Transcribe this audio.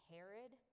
Herod